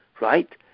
Right